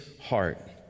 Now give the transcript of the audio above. heart